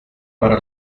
para